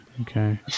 Okay